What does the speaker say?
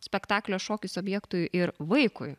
spektaklio šokis objektui ir vaikui